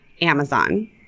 Amazon